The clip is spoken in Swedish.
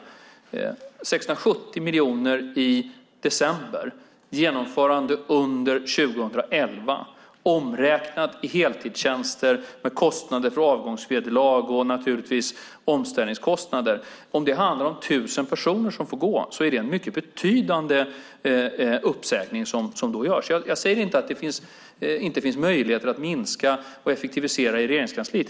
Det handlar om 670 miljoner i december, genomförande under 2011, omräknat i heltidstjänster med kostnader för avgångsvederlag och naturligtvis omställningskostnader. Om det handlar om tusen personer som får gå är det en betydande uppsägning som i så fall görs. Jag säger inte att det inte finns möjligheter att minska och effektivisera i Regeringskansliet.